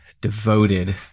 devoted